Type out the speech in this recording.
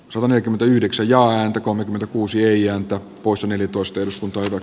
kolmekymmentäyhdeksän jaa ääntä kolmekymmentäkuusi reiän kakkosen eli kosteus tuntuivat